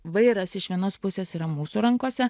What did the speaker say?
vairas iš vienos pusės yra mūsų rankose